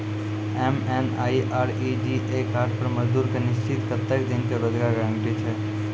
MNREGA card पर मजदुर के निश्चित कत्तेक दिन के रोजगार गारंटी छै?